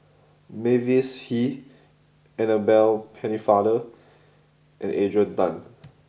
Mavis Hee Annabel Pennefather and Adrian Tan